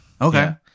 Okay